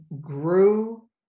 grew